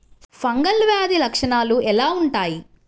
Fungal వ్యాధి లక్షనాలు ఎలా వుంటాయి?